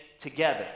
together